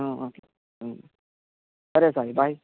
సరే సాయి బై